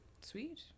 sweet